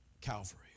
Calvary